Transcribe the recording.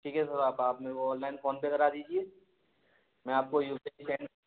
ठीक है सर आपने ऑनलाइन फोनपे करा दीजिए मैं आपको यू पी सेंड